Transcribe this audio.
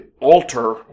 alter